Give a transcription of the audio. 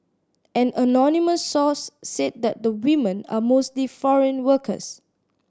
an anonymous source said that the women are mostly foreign workers